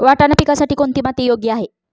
वाटाणा पिकासाठी कोणती माती योग्य आहे?